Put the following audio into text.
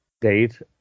date